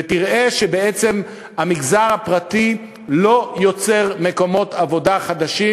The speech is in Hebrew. ותראה שבעצם המגזר הפרטי לא יוצר מקומות עבודה חדשים